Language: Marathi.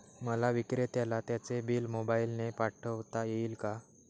मला विक्रेत्याला त्याचे बिल मोबाईलने पाठवता येईल का?